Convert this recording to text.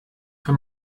für